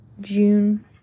June